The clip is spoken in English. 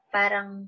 parang